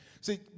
See